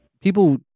people